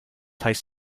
heißt